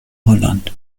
holland